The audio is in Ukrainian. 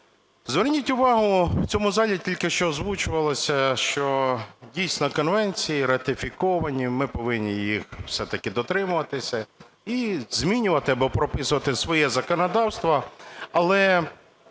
Зверніть увагу, в цьому залі тільки що озвучувалося, що дійсно конвенції ратифіковані, ми повинні їх все-таки дотримуватися і змінювати, або прописувати своє законодавство.